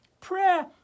Prayer